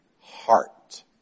heart